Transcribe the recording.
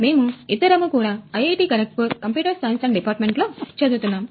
మేము ఇద్దరము కూడా IIT Kharagpur computer science department లో చదువుతున్నాము